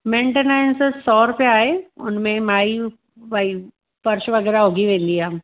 maintenance सौ रुपया आहे हुनमें माई भई फर्श वग़ैरह उॻी वेंदी आहे